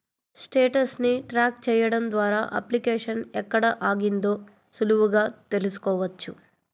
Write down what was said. status ని track చెయ్యడం ద్వారా అప్లికేషన్ ఎక్కడ ఆగిందో సులువుగా తెల్సుకోవచ్చు